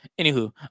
Anywho